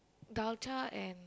dalcha and